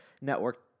Network